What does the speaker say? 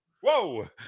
Whoa